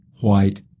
white